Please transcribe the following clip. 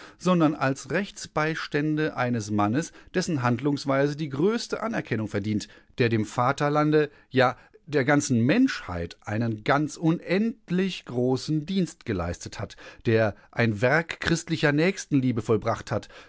sondern als rechtsbeistände eines mannes dessen handlungsweise die größte anerkennung verdient der dem vaterlande ja der ganzen menschheit einen ganz unendlich großen dienst geleistet hat der ein werk christlicher nächstenliebe vollbracht hat